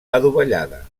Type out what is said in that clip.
adovellada